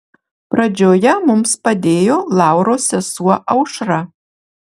pradžioje mums padėjo lauros sesuo aušra